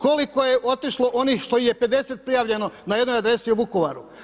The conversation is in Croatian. Koliko je otišlo onih što ih je 50 prijavljeno na jednoj adresi u Vukovaru?